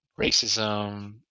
racism